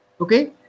Okay